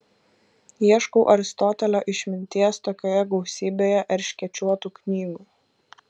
ieškau aristotelio išminties tokioje gausybėje erškėčiuotų knygų